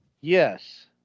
Yes